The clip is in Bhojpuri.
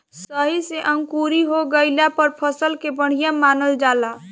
सही से अंकुरी हो गइला पर फसल के बढ़िया मानल जाला